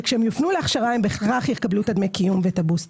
וכשהם יופנו להכשרה הם בהכרח יקבלו את דמי הקיום ואת הבוסט.